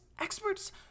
experts